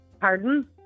Pardon